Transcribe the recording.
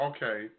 Okay